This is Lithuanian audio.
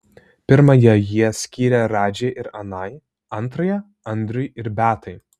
pirmąją jie skyrė radži ir anai antrąją andriui ir beatai